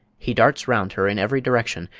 he darts round her in every direction,